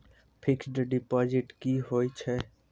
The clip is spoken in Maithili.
फिक्स्ड डिपोजिट की होय छै?